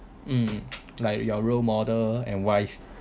hmm like your role model and wise